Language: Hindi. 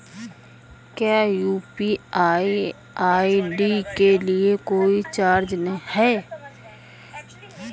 क्या यू.पी.आई आई.डी के लिए कोई चार्ज है?